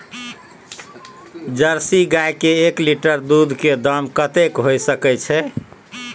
Jersey गाय के एक लीटर दूध के दाम कतेक होय सके छै?